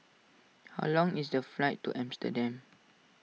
how long is the flight to Amsterdam